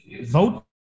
vote